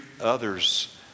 others